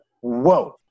whoa